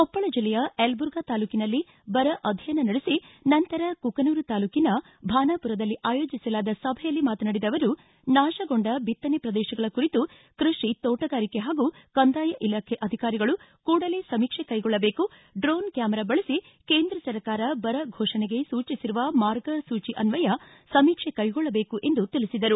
ಕೊಪ್ಪಳ ಜಿಲ್ಲೆಯ ಯಲಬುರ್ಗಾ ತಾಲೂಕಿನಲ್ಲಿ ಬರ ಅಧ್ಯಯನ ನಡೆಸಿ ನಂತರ ಕುಕನೂರು ತಾಲೂಕಿನ ಭಾನಾಪುರದಲ್ಲಿ ಆಯೋಜಿಸಲಾದ ಸಭೆಯಲ್ಲಿ ಮಾತನಾಡಿದ ಅವರು ನಾಶಗೊಂಡ ಬಿತ್ತನೆ ಪ್ರದೇಶಗಳ ಕುರಿತು ಕೃಷಿ ತೋಟಗಾರಿಕೆ ಹಾಗೂ ಕಂದಾಯ ಇಲಾಖೆ ಅಧಿಕಾರಿಗಳು ಕೂಡಲೇ ಸಮೀಕ್ಷೆ ಕೈಗೊಳ್ಳಬೇಕು ಡ್ರೋನ ಕ್ವಾಮರಾ ಬಳಸಿ ಕೇಂದ್ರ ಸರ್ಕಾರ ಬರ ಘೋಷಣೆಗೆ ಸೂಚಿಸಿರುವ ಮಾರ್ಗಸೂಚಿ ಅನ್ವಯ ಸಮೀಕ್ಷೆ ಕ್ಟೆಗೊಳ್ಳಬೇಕು ಎಂದು ತಿಳಿಸಿದರು